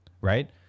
Right